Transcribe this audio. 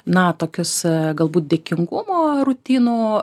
na tokius galbūt dėkingumo rutinų